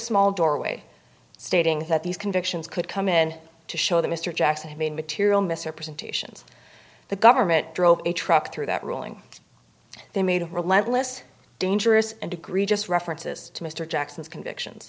small doorway stating that these convictions could come in to show the mr jackson i mean material misrepresentations the government drove a truck through that ruling they made a relentless dangerous and egregious references to mr jackson's convictions